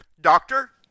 doctor